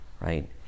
right